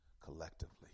collectively